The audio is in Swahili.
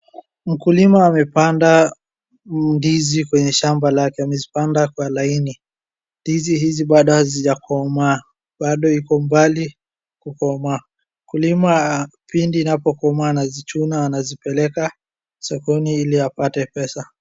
Mkulima amepanda ndizi kwenye shamba lake. Amezipanda kwa laini. Ndizi hizi bado hazijakomaa, bado iko mbali kukomaa. Mkulima hapendi inapokomaa anazichuna anapeleka sokoni ili apate pesa.